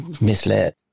misled